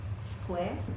Square